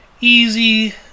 easy